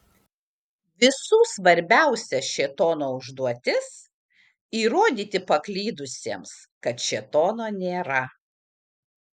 visų svarbiausia šėtono užduotis įrodyti paklydusiems kad šėtono nėra